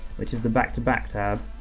which is the back to back tab.